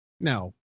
Now